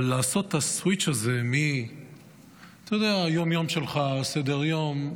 אבל לעשות את הסוויץ' הזה מהיום-יום שלך, סדר יום,